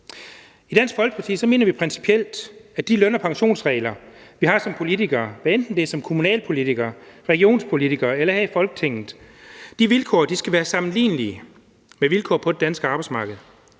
I Dansk Folkeparti mener vi principielt, at de løn- og pensionsregler, vi har som politikere, hvad enten det er som kommunalpolitikere, regionspolitikere eller folketingspolitikere, skal være sammenlignelige med vilkår på det danske arbejdsmarked.